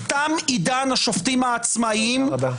תם עידן השופטים העצמאיים -- תודה רבה.